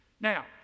now